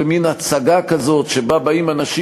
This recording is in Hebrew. במין הצגה כזאת שבה באים אנשים,